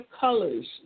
colors